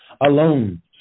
alone